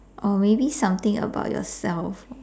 or maybe something about yourself